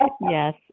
yes